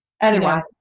otherwise